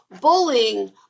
bullying